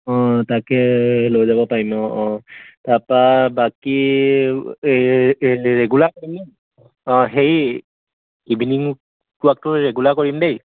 অঁ তাকে লৈ যাব পাৰিম অঁ অঁ তাৰপৰা বাকী এই ৰেগুলাৰ কৰিম অঁ হেৰি ইভিননিং ৱাকটো ৰেগুলাৰ কৰিম দেই